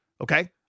Okay